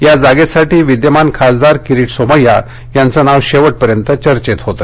या जागेसाठी विद्यमान खासदार किरीट सोमय्या यांचं नाव शेवटपर्यंत चर्चेत होतं